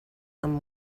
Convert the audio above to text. amb